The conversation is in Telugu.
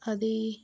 అదీ